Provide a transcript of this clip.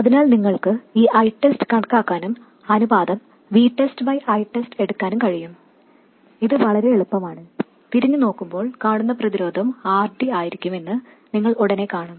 അതിനാൽ നിങ്ങൾക്ക് ഈ Itest കണക്കാക്കാനും അനുപാതം VtestItest എടുക്കാനും കഴിയും ഇത് വളരെ എളുപ്പമാണ് തിരിഞ്ഞു നോക്കുമ്പോൾ കാണുന്ന പ്രതിരോധം RD ആയിരിക്കും എന്ന് നിങ്ങൾ ഉടനെ കാണും